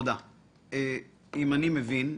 אם אני מבין,